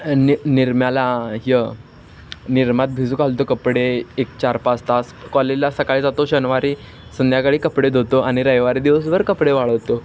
नि निरम्याला ह्य निरमात भिजू घालतो कपडे एक चार पाच तास कॉलेजला सकाळी जातो शनिवारी संध्याकाळी कपडे धुतो आणि रविवारी दिवसभर कपडे वाळवतो